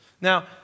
Now